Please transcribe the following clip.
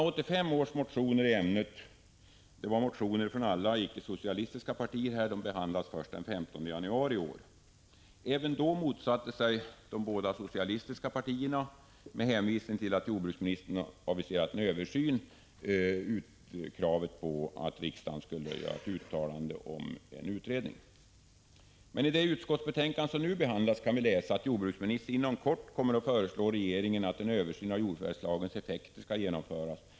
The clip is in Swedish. Motionerna från riksmötet 1985/86, som väckts av samtliga icke-socialistiska partier, behandlades först den 15 januari i år. Även vid denna behandling motsatte sig de båda socialistiska partierna — med hänvisning till att jordbruksministern hade aviserat en översyn — kravet på att riksdagen skulle göra ett uttalande om en utredning. Men i det utskottsbetänkande som nu behandlas kan vi läsa att jordbruksministern inom kort kommer att föreslå regeringen att en översyn av jordförvärvslagens effekter skall göras.